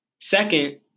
Second